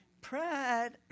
pride